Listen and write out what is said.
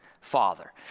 Father